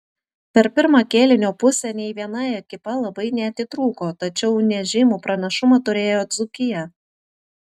per pirmą kėlinio pusę nei viena ekipa labai neatitrūko tačiau nežymų pranašumą turėjo dzūkija